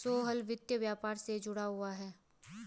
सोहेल वित्त व्यापार से जुड़ा हुआ है